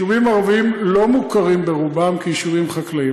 יישובים ערביים לא מוכרים ברובם כיישובים חקלאיים.